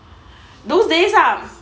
those days are